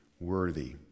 worthy